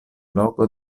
loco